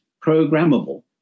programmable